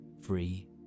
free